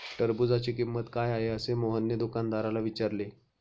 टरबूजाची किंमत काय आहे असे मोहनने दुकानदाराला विचारले?